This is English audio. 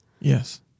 Yes